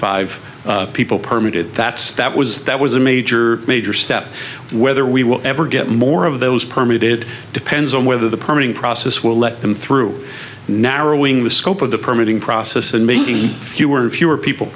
five people permit it that's that was that was a major major step whether we will ever get more of those permit it depends on whether the permitting process will let them through narrowing the scope of the permitting process and making fewer and fewer people